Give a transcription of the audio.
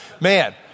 Man